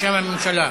בשם הממשלה.